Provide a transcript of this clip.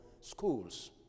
schools